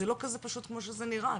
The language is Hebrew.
זה לא כזה פשוט כמו שזה נראה,